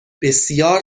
بسیار